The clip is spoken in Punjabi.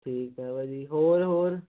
ਠੀਕ ਆ ਭਾਅ ਜੀ ਹੋਰ ਹੋਰ